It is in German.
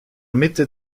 mitte